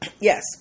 Yes